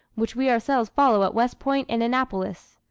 which we ourselves follow at west point and annapolis.